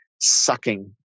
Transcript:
sucking